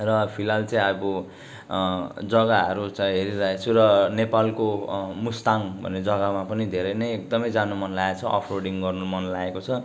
र फिलहाल चाहिँ अब जगाहरू चाहिँ हेरिरहेको छु र नेपालको मुस्ताङ भन्ने जगामा पनि धेरै नै एकदमै जानु मन लागेको छ अब् रोडिङ गर्नु मन लागेको छ